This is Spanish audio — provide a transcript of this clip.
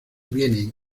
vienen